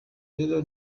rero